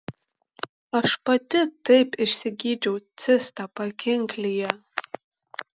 aš pati taip išsigydžiau cistą pakinklyje